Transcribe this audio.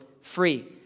free